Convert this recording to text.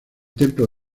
templo